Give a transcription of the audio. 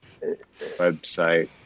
website